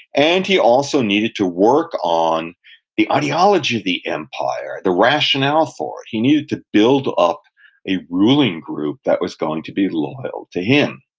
and he also needed to work on the ideology of the empire, the rationale for it. he needed to build up a ruling group that was going to be loyal to him.